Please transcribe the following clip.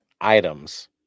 items